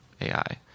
AI